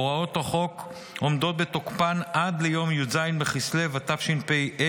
הוראות החוק עומדות בתוקפן עד ליום י"ז בכסלו התשפ"ה,